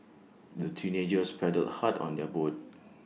the teenagers paddled hard on their boat